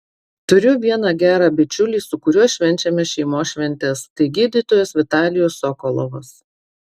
turiu vieną gerą bičiulį su kuriuo švenčiame šeimos šventes tai gydytojas vitalijus sokolovas